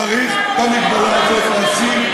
צריך את המגבלה הזאת להסיר.